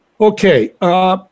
Okay